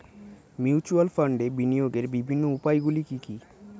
Mutual ফান্ডে বিনিয়োগের বিভিন্ন উপায়গুলি কি কি?